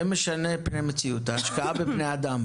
שמשנים את פני המציאות ההשקעה בבני אדם,